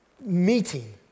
meeting